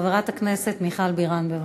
חברת הכנסת מיכל בירן, בבקשה.